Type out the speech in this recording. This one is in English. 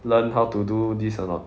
learn how to do this or not